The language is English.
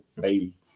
baby